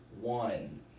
One